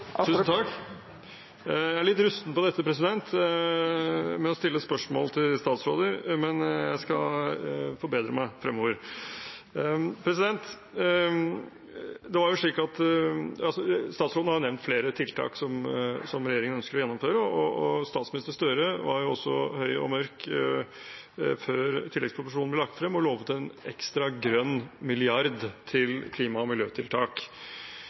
Jeg er litt rusten på dette med å stille spørsmål til statsråder, men jeg skal forbedre meg fremover. Statsråden har nevnt flere tiltak som regjeringen ønsker å gjennomføre, og statsminister Gahr Støre var jo også høy og mørk før tilleggsproposisjonen ble lagt frem og lovet en ekstra grønn milliard til klima- og miljøtiltak.